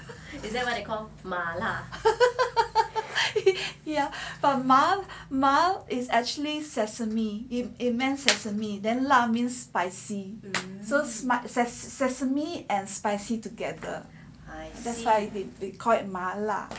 is that why you call 麻辣麻 is actually sesame it meant sesame and then 辣 mean spicy so smart sesame and spicy together that's why we call it 麻辣